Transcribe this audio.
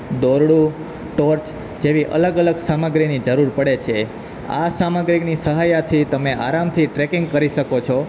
દોરળૂ torch જેવી અલગ અલગ સામગ્રીની જરૂર પડે છે આ સામગ્રીની સહાયથી તમે આરામથી ટ્રેકિંગ કરી શકો છો